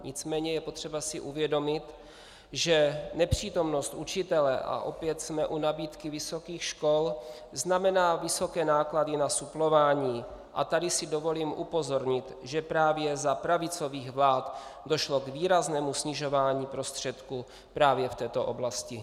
Nicméně je potřeba si uvědomit, že nepřítomnost učitele, a opět jsme u nabídky vysokých škol, znamená vysoké náklady na suplování, a tady si dovolím upozornit, že právě za pravicových vlád došlo k výraznému snižování prostředků právě v této oblasti.